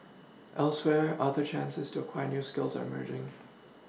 elsewhere other chances to acquire new skills are merging